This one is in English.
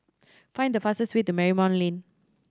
find the fastest way to Marymount Lane